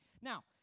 Now